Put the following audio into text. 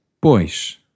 Pois